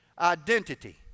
Identity